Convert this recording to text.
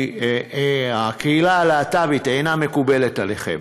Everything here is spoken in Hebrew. הקהילה הלהט"בית אינה מקובלת עליכם.